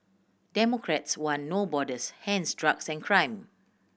democrats want No Borders hence drugs and crime